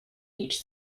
each